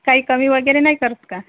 काही कमी वगैरे नाही करत का